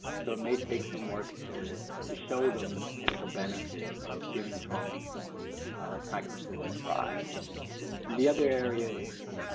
so it may take some work to to show them the potential benefit of giving trauma-informed practices a try and the other area is